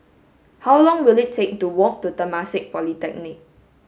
how long will it take to walk to Temasek Polytechnic